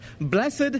Blessed